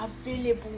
available